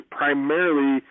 primarily